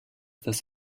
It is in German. das